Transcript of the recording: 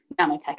nanotech